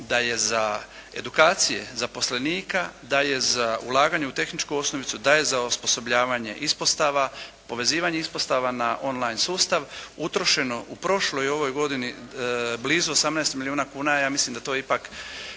da je za edukacije zaposlenika, da je za ulaganje u tehničku osnovicu, da je za osposobljavanje ispostava, povezivanje ispostava na on line sustav utrošeno u prošloj i ovoj godini blizu 18 milijuna kuna, ja mislim da to ipak